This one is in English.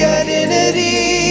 identity